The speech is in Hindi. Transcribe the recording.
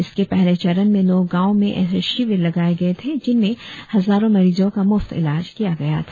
इसके पहले चरण में नौ गांव में ऐसे शिविर लगाए गए थे जिनमें हजारों मरीजों का मुफ्त ईलाज किया गया था